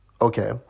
okay